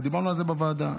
ודיברנו על זה בוועדה.